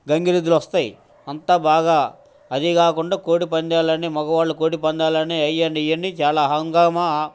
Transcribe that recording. గంగిరెద్దులు వస్తాయి అంతా బాగా అది కాకుండా కోడి పందేలు అంటే మగవాళ్ళు కోడి పందాలని అవి అని ఇవి అని చాలా హంగామ